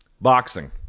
Boxing